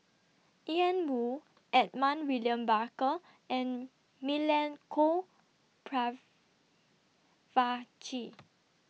Ian Woo Edmund William Barker and Milenko Prvacki